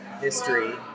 history